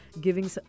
giving